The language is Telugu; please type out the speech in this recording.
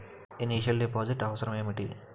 ఇనిషియల్ డిపాజిట్ అవసరం ఏమిటి?